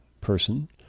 person